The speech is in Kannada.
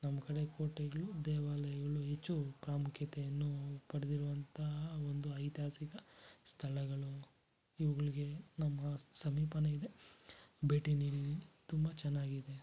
ನಮ್ಮ ಕಡೆ ಕೋಟೆಗಳು ದೇವಾಲಯಗಳು ಹೆಚ್ಚು ಪ್ರಾಮುಖ್ಯತೆಯನ್ನು ಪಡೆದಿರುವಂತಹ ಒಂದು ಐತಿಹಾಸಿಕ ಸ್ಥಳಗಳು ಇವುಗಳಿಗೆ ನಮ್ಮ ಸಮೀಪ ಇದೆ ಭೇಟಿ ನೀಡಿ ತುಂಬ ಚೆನ್ನಾಗಿದೆ